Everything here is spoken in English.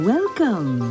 Welcome